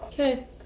Okay